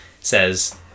says